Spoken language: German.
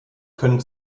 können